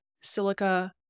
silica